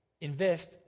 Invest